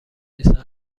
نیستن